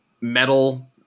metal